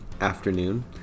afternoon